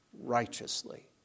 righteously